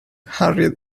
hurried